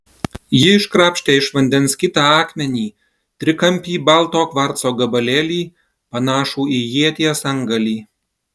ji iškrapštė iš vandens kitą akmenį trikampį balto kvarco gabalėlį panašų į ieties antgalį